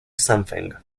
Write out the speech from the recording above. something